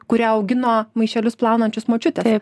kurią augino maišelius plaunančius močiutė